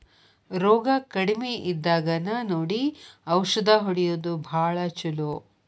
ರೋಗಾ ಕಡಮಿ ಇದ್ದಾಗನ ನೋಡಿ ಔಷದ ಹೊಡಿಯುದು ಭಾಳ ಚುಲೊ